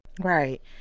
Right